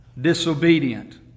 disobedient